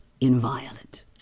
inviolate